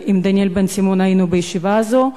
עם דניאל בן-סימון היינו בישיבה הזאת.